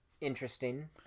interesting